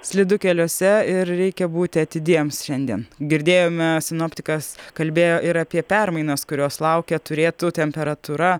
slidu keliuose ir reikia būti atidiems šiandien girdėjome sinoptikas kalbėjo ir apie permainas kurios laukia turėtų temperatūra